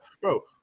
bro